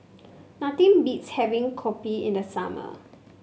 nothing beats having kopi in the summer